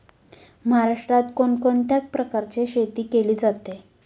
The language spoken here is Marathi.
महाराष्ट्रात कोण कोणत्या प्रकारची शेती केली जाते?